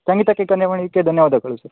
ಸಂಗೀತಕ್ಕೆ ಕರೆ ಮಾಡಿದ್ದಕ್ಕೆ ಧನ್ಯವಾದಗಳು ಸರ್